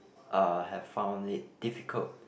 uh have found it difficult